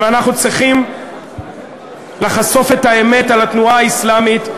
אנחנו צריכים לחשוף את האמת על התנועה האסלאמית,